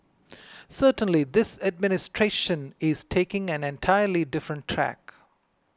certainly this administration is taking an entirely different tack